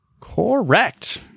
correct